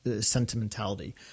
sentimentality